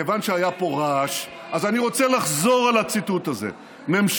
כיוון שהיה פה רעש אז אני רוצה לחזור על הציטוט הזה של